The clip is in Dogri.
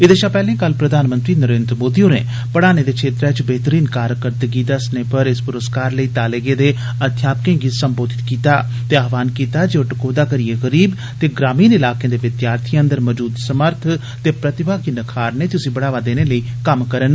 एदे षा पैहले कल प्रधानमंत्री नरेन्द्र मोदी होरें पढ़ाने दे क्षेत्रै च बेहतरीन कारकरदगी दस्सने पर इस पुरस्कार लेई ताले गेद अध्यापकें गी सम्बोधत कीता ते आह्वान कीता जे ओ टकोह्दा करिऐ गरीब ते ग्रामीण इलाकें दे विद्यार्थियें अंदर मजूद समर्थ ते प्रतिभा गी नखारनें ते उसी बढ़ावा देने लेई कम्म करन